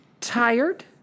tired